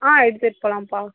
ஆ எடுத்துகிட்டு போகலாம்பா